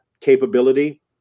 capability